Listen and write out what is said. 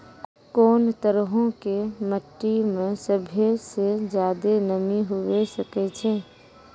कोन तरहो के मट्टी मे सभ्भे से ज्यादे नमी हुये सकै छै?